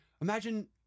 Imagine